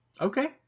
Okay